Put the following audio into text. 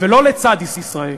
ולא לצד ישראל.